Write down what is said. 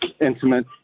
intimate